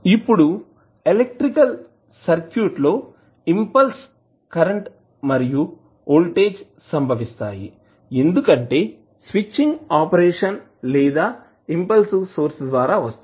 ఇప్పుడు electrical circuit లో impulse current మరియు వోల్టేజ్ సంభవిస్తాయి ఎందుకంటే స్విచ్చింగ్ ఆపరేషన్ లేదా ఇంపల్సివ్ సోర్స్ ద్వారా వస్తాయి